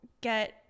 get